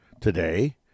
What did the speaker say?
Today